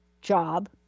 job